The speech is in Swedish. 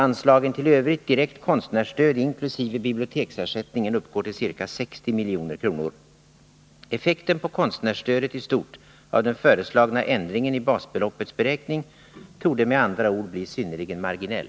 Anslagen till övrigt direkt konstnärs Nr 36 stöd, inkl. biblioteksersättningen, uppgår till ca 60 milj.kr. Effekten på konstnärsstödet i stort av den föreslagna ändringen i beräkningen av basbeloppet torde med andra ord bli synnerligen marginell.